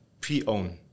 pre-owned